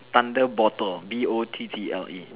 thunder bottle B O T T L E